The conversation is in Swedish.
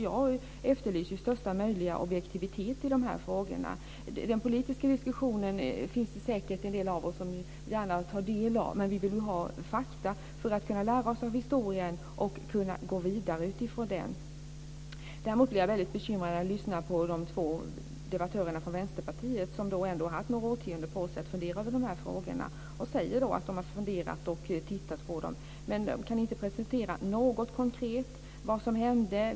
Jag efterlyser största möjliga objektivitet i dessa frågor. Den politiska diskussionen finns det säkert en del av oss som gärna tar del av. Men vi vill ju ha fakta för att kunna lära oss av historien och för att kunna gå vidare utifrån den. Däremot blir jag väldigt bekymrad när jag lyssnar på de två debattörerna från Vänsterpartiet, som ändå haft några årtionden på sig att fundera över dessa frågor. De säger att de har funderat och tittat på dem. Men de kan inte presentera något konkret om vad som hände.